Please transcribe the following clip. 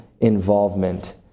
involvement